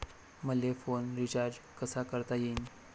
मले phone recharge कसा करता येईन?